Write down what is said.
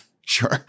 Sure